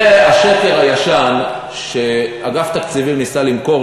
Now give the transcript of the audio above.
זה השקר הישן שאגף תקציבים ניסה למכור